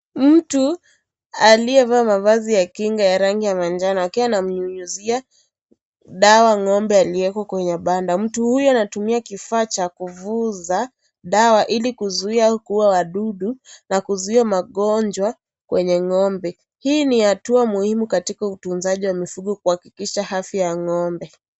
Mtu aliyevaa mavazi ya kinga ya rangi ya manjano akiwa ana mnyunyizia dawa ng'ombe aliye kwenye kibanda na mtu huyu anatumia kifaa cha kuvuza dawa ili kuzuia kuuwa wadudu na kuzuia magonjwa kwenye ng'ombe hii ni hatua muhimu katika kwenye utunzaji wa mifugo kuhakikisha afya ya ng'ombe.